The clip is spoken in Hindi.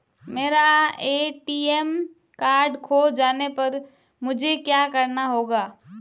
मेरा ए.टी.एम कार्ड खो जाने पर मुझे क्या करना होगा?